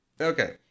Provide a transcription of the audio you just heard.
Okay